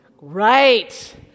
Right